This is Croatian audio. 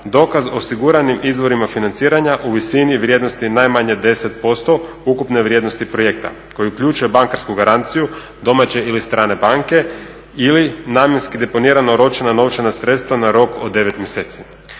dokaz o osiguranim izvorima financiranja u visini vrijednosti najmanje 10% ukupne vrijednosti projekta koje uključuje bankarsku garanciju domaće ili strane banke ili namjenski deponirana oročena novčana sredstva na rok od 9 mjeseci.